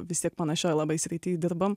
vis tiek panašioj labai srity dirbam